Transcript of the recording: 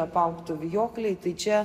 apaugtų vijokliai tai čia